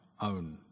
own